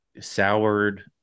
soured